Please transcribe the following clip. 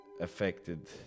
affected